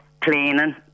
cleaning